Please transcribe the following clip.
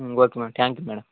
okay madam thank you madam